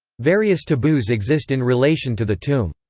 various taboos exist in relation to the tomb.